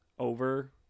over